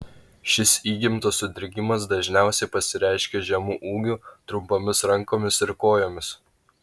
šis įgimtas sutrikimas dažniausiai pasireiškia žemu ūgiu trumpomis rankomis ir kojomis